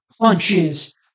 punches